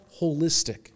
holistic